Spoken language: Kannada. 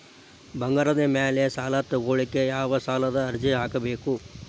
ಬಂಗಾರದ ಮ್ಯಾಲೆ ಸಾಲಾ ತಗೋಳಿಕ್ಕೆ ಯಾವ ಸಾಲದ ಅರ್ಜಿ ಹಾಕ್ಬೇಕು?